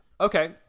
Okay